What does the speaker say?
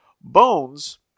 Bones